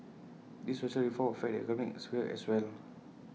these social reforms affect the economic sphere as well